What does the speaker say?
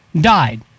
died